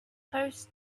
post